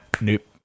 nope